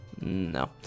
No